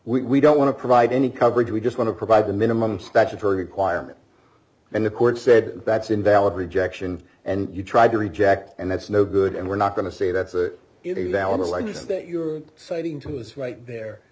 want we don't want to provide any coverage we just want to provide the minimum statutory requirement and the court said that's invalid rejection and you tried to reject and that's no good and we're not going to say that's it is our largest that you're citing to us right there